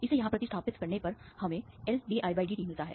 इसे यहाँ प्रतिस्थापित करने पर हमें LdIdt मिलता है